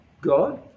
God